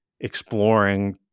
exploring